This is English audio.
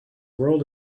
world